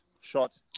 shot